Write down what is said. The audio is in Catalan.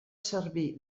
servir